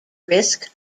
risk